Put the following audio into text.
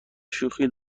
شوخی